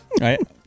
Right